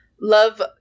love